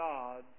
God